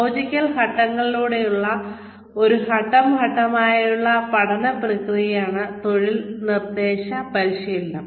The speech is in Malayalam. ലോജിക്കൽ ഘട്ടങ്ങളിലൂടെയുള്ള ഒരു ഘട്ടം ഘട്ടമായുള്ള പഠന പ്രക്രിയയാണ് തൊഴിൽ നിർദ്ദേശ പരിശീലനം